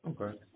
Okay